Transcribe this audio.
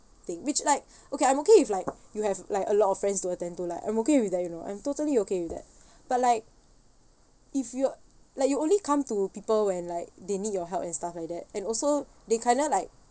thing which like okay I'm okay if like you have like a lot of friends to attend to like I'm okay with that you know I'm totally okay with that but like if you like you only come to people when like they need your help and stuff like that and also they kind of like